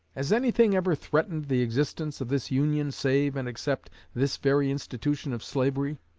has anything ever threatened the existence of this union save and except this very institution of slavery?